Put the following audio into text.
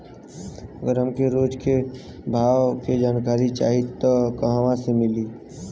अगर हमके रोज के भाव के जानकारी चाही त कहवा से मिली?